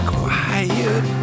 Quiet